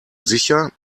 sicher